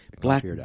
Black